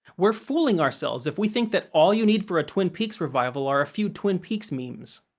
we're fooling ourselves if we think that all you need for a twin peaks revival are a few twin peaks memes.